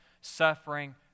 suffering